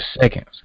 seconds